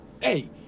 Hey